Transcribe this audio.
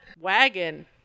Wagon